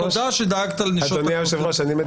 ותודה שדאגת לנשות הכותל.